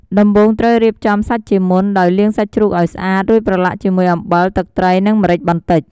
ដំបូងត្រូវរៀបចំសាច់ជាមុន ដោយលាងសាច់ជ្រូកឱ្យស្អាត រួចប្រឡាក់ជាមួយអំបិល ទឹកត្រី និងម្រេចបន្តិច។